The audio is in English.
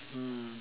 mm